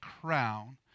crown